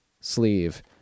sleeve